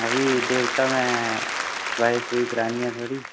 अभी देविका में सफाई सफुई करानी ऐ थोह्ड़ी